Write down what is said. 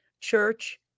Church